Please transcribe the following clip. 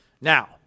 Now